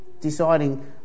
deciding